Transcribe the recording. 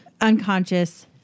unconscious